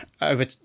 over